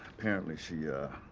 apparently she, ah,